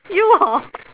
you hor